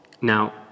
Now